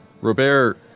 Robert